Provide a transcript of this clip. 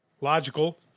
Logical